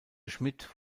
schmidt